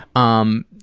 um,